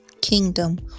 Kingdom